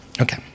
Okay